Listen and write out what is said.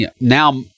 now